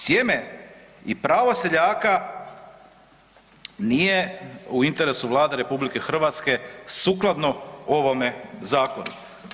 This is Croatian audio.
Sjeme i pravo seljaka nije u interesu Vlade RH sukladno ovome zakonu.